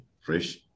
Fresh